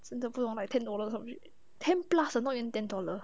真的不用 like ten dollars 产品 ten plus ah not even ten dollar